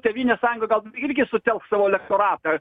tėvynės sąjunga gal irgi sutelks savo elektoratą